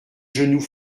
genoux